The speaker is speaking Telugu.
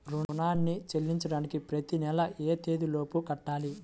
రుణాన్ని చెల్లించడానికి ప్రతి నెల ఏ తేదీ లోపు కట్టాలి?